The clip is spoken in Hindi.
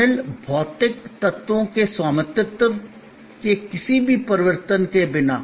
शामिल भौतिक तत्वों के स्वामित्व के किसी भी परिवर्तन के बिना